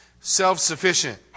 self-sufficient